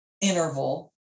interval